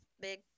big